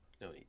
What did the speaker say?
No